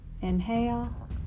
Inhale